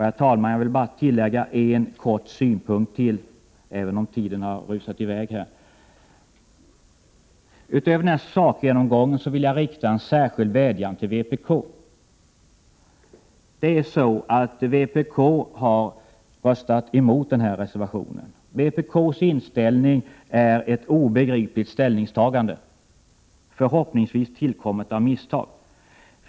Jag vill sedan tillägga ytterligare en synpunkt. Utöver sakgenomgången vill jag rikta en särskild vädjan till vpk. Vpk har nämligen röstat emot denna reservation. Vpk:s inställning utgör ett obegripligt ställningstagande. Det har förhoppningsvis tillkommit av misstag.